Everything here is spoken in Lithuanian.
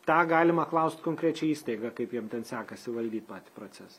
tą galima klaust konkrečią įstaigą kaip jiem ten sekasi valdyt patį procesą